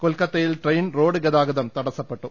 കൊൽക്കത്ത യിൽ train road ഗതാഗതം തടസ്സപ്പെട്ടു